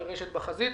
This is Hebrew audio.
ורש"ת בחזית.